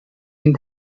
den